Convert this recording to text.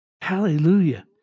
Hallelujah